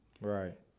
Right